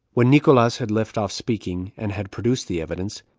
when nicolaus had left off speaking, and had produced the evidence,